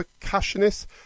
percussionist